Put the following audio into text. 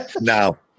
now